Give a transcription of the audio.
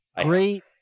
Great